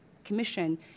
Commission